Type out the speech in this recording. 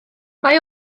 mae